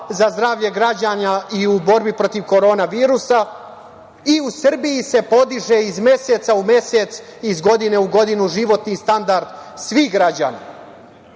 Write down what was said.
za zdravlje građana i u borbi protiv korona virusa. U Srbiji se podiže iz meseca u mesec, iz godine u godinu životni standard svih građana.